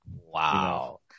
wow